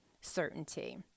certainty